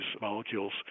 molecules